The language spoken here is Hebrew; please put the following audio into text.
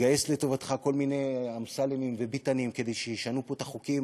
ומגייס לך כל מיני אמסלמים וביטנים כדי שישנו פה את החוקים,